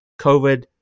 COVID